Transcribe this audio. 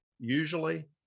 usually